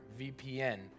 VPN